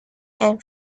and